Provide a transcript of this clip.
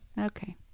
Okay